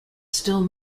still